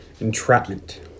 Entrapment